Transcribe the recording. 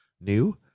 New